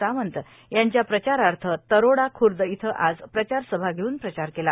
सावंत यांच्या प्रचारार्थ तरोडा खूर्द इथं आज प्रचारसभा घेऊन प्रचार केला